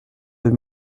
deux